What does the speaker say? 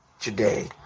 today